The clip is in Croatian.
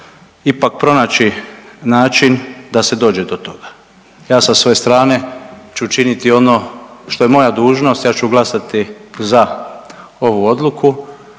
ipak pronaći način da se dođe do toga. Ja sa svoje strane ću činiti ono što je moja dužnost, ja ću glasati za ovu odluku.